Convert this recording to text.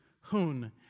Hoon